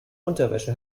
unterwäsche